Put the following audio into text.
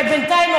בינתיים,